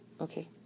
Okay